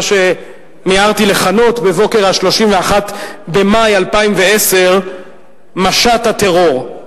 שמיהרתי לכנות בבוקר ה-31 במאי 2010 "משט הטרור".